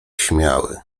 śmiały